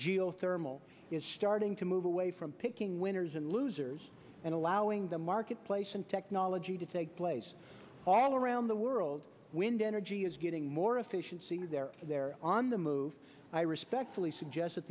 geothermal is starting to move away from picking winners and losers and allowing the marketplace and technology to take place all around the world wind energy is getting more efficiency there they're on the move i respectfully suggest that